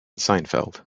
seinfeld